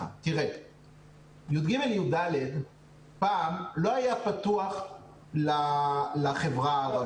תראה, י"ג י"ד פעם לא היה פתוח לחברה הערבית.